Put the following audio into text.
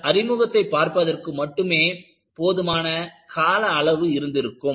அதன் அறிமுகத்தை பார்ப்பதற்கு மட்டுமே போதுமான கால அளவு இருந்திருக்கும்